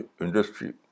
industry